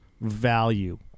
value